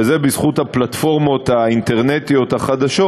וזה "בזכות" הפלטפורמות האינטרנטיות החדשות.